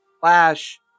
Flash